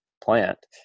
plant